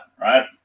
right